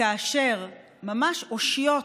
כאשר ממש אושיות,